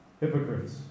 Hypocrites